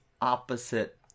opposite